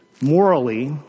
morally